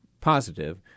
positive